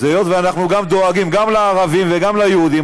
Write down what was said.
אז היות שאנחנו דואגים גם לערבים וגם ליהודים,